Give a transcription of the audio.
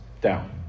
down